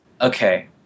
okay